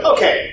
Okay